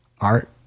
art